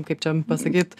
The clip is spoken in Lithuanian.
kaip čia pasakyt